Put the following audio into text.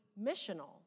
missional